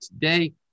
today